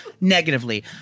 negatively